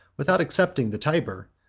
without excepting the tyber,